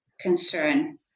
concern